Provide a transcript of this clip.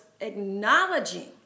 acknowledging